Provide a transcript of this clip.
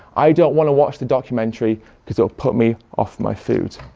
i don't want to watch the documentary because it'll put me off my food'.